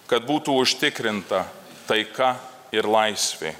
kad būtų užtikrinta taika ir laisvė